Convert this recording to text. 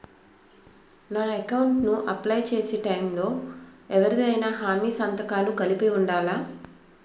నా అకౌంట్ ను అప్లై చేసి టైం లో ఎవరిదైనా హామీ సంతకాలు కలిపి ఉండలా?